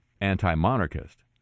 anti-monarchist